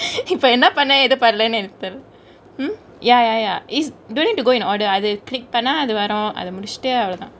இப்ப என்ன பன்ன ஏது பன்னல எனக்கு தெர்ல:ippe enna panne yethu pannele enaku terle hmm ya ya ya is don't need to go and order அது:athu click பன்ன அது வரோ அத முடிச்சிட்டு அவ்ளோதா:panna athu varo athe mudichittu avlothaa